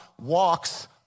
walks